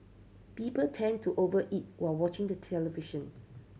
people tend to over eat while watching the television